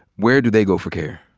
where do they go for care?